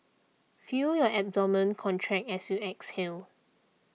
feel your abdomen contract as you exhale